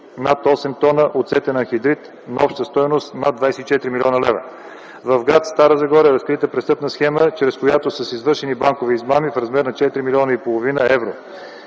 над 8 тона оцетен анхидрит на обща стойност над 24 млн. лв.; - в гр. Стара Загора е разкрита престъпна схема, чрез която са извършени банкови измами в размер на 4,5 млн. евро;